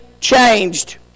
changed